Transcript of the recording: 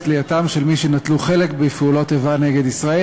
כליאתם של מי שנטלו חלק בפעולות איבה נגד ישראל